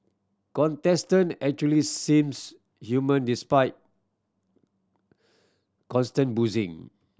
contestant actually seems human despite constant boozing